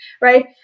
Right